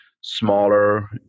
smaller